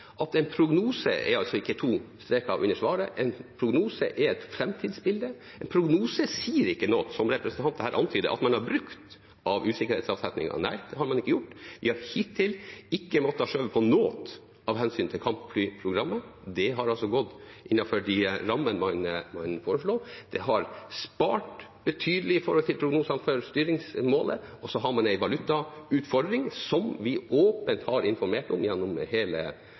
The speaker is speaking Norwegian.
at en prognose er ikke to streker under svaret. En prognose er et framtidsbilde. En prognose sier ikke noe, som representanten her antydet, om at man har brukt av usikkerhetsavsetningen. Nei, det har man ikke gjort. Vi har hittil ikke måttet skyve på noe av hensyn til kampflyprogrammet. Det har gått innenfor de rammene man foreslo. Det er spart betydelig i forhold til prognosene for styringsmålet, og så har man en valutautfordring som vi åpent har informert om gjennom hele